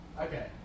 Okay